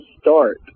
start